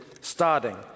starting